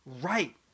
right